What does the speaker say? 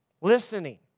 listening